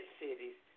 cities